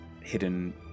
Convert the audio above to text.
hidden